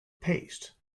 paste